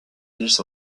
hills